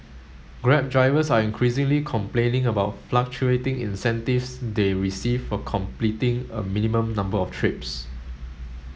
grab drivers are increasingly complaining about fluctuating incentives they receive for completing a minimum number of trips